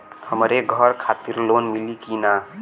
हमरे घर खातिर लोन मिली की ना?